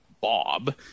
bob